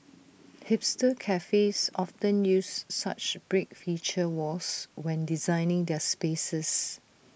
hipster cafes often use such brick feature walls when designing their spaces